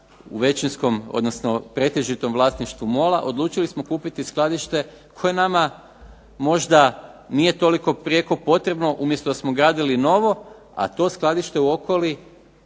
u većinskom, odnosno pretežitom vlasništvu MOL-a, odlučili smo kupiti skladište koje nama možda nije toliko prijeko potrebno, umjesto da smo gradili novo, a to skladište u OKOLI